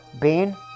bean